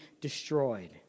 destroyed